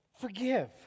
forgive